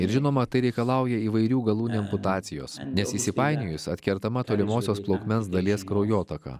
ir žinoma tai reikalauja įvairių galūnių amputacijos nes įsipainiojus atkertama tolimosios plaukmens dalies kraujotaka